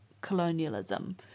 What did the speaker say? colonialism